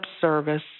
service